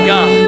God